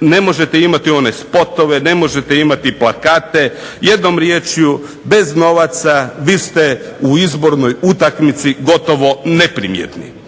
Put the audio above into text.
ne možete imati one spotove, ne možete imati plakate. Jednom riječju bez novaca vi ste u izbornoj utakmici gotovo neprimjetni.